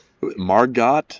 Margot